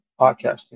podcasting